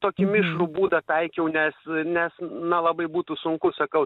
tokį mišrų būdą taikiau nes nes na labai būtų sunku sakau